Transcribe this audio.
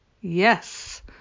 Yes